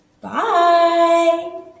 Bye